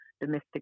domestic